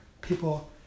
people